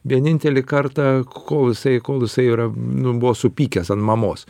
vienintelį kartą kol jisai kol jisai yra nu buvo supykęs ant mamos